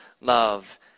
love